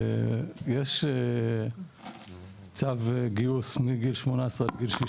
יש צו גיוס מגיל 18 עד גיל 60